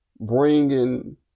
bringing